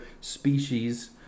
species